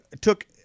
took